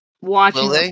watching